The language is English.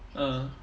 ah